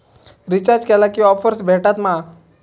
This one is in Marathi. रिचार्ज केला की ऑफर्स भेटात मा?